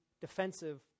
defensive